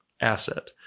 asset